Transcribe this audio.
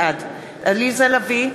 בעד עליזה לביא,